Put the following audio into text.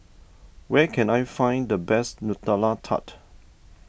where can I find the best Nutella Tart